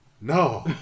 No